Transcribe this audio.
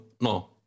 No